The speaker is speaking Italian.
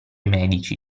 medici